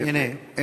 הנה,